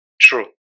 True